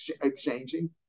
exchanging